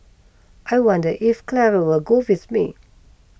I wonder if Clara will go with me